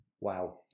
Wow